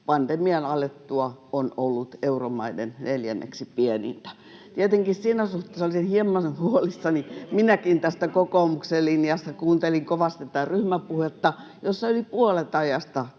pienintä. [Petteri Orpo: Talouskasvu hitainta!] Tietenkin siinä suhteessa olisin hieman huolissani minäkin tästä kokoomuksen linjasta, kun kuuntelin kovasti tätä ryhmäpuhetta, jossa yli puolet ajasta